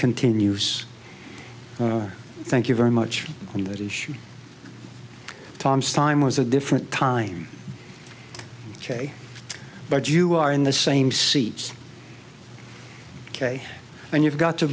continues thank you very much and that is sure tom's time was a different time ok but you are in the same seats ok and you've got to